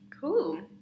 cool